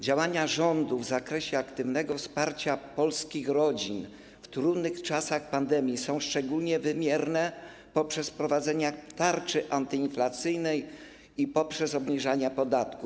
Działania rządu w zakresie aktywnego wsparcia polskich rodzin w trudnych czasach pandemii są szczególnie wymierne dzięki wprowadzeniu tarczy antyinflacyjnej i obniżaniu podatku.